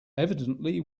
evidently